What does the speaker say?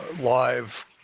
live